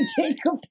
Jacob